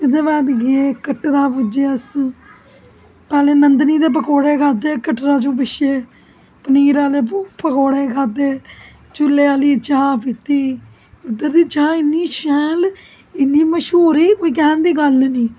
एहदे बाद गे कटरा पुज्जे अस पैहलें नंदनी दे पकौडे़ खाद्धे कटरा दे पिच्छे पनीर आहले पकौडे़ खाद्धे चोले आहली चाह पीती उद्धर दी चाह इन्नी शैल इन्नी मश्हूर ही कोई कैहन दी गल्ल नेईं